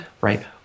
right